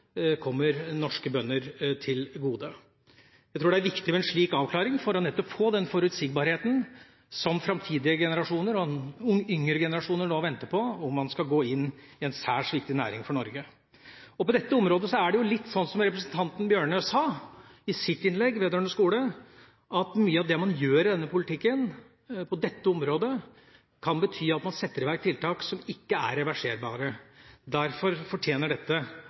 kommer norske bønder til gode? Jeg tror det er viktig med en slik avklaring for nettopp å få den forutsigbarheten som framtidige generasjoner, yngre generasjoner, nå venter på: Skal man gå inn i en særs viktig næring for Norge? På dette området er det jo litt sånn som representanten Tynning Bjørnø sa i sitt innlegg vedrørende skole, at mye av det man gjør på dette politikkområdet, kan bety at man setter i verk tiltak som ikke er reverserbare. Derfor fortjener dette